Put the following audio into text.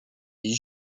des